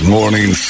Morning